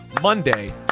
Monday